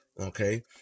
okay